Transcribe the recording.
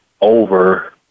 over